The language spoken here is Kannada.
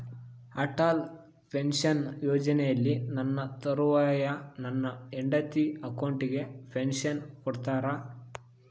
ಅಟಲ್ ಪೆನ್ಶನ್ ಯೋಜನೆಯಲ್ಲಿ ನನ್ನ ತರುವಾಯ ನನ್ನ ಹೆಂಡತಿ ಅಕೌಂಟಿಗೆ ಪೆನ್ಶನ್ ಕೊಡ್ತೇರಾ?